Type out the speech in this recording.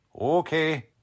Okay